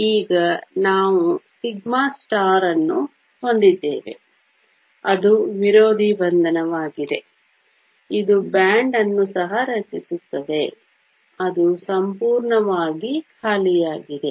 ಈಗ ನಾವು σ ಅನ್ನು ಹೊಂದಿದ್ದೇವೆ ಅದು ವಿರೋಧಿ ಬಂಧನವಾಗಿದೆ ಇದು ಬ್ಯಾಂಡ್ ಅನ್ನು ಸಹ ರಚಿಸುತ್ತದೆ ಅದು ಸಂಪೂರ್ಣವಾಗಿ ಖಾಲಿಯಾಗಿದೆ